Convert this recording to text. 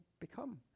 become